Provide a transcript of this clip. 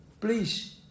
please